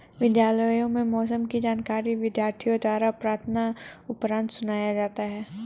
विद्यालयों में मौसम की जानकारी विद्यार्थियों द्वारा प्रार्थना उपरांत सुनाया जाता है